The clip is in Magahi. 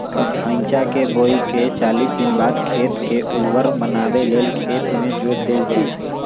धइचा के बोआइके चालीस दिनबाद खेत के उर्वर बनावे लेल खेत में जोत देल जइछइ